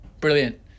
Brilliant